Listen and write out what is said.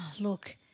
look –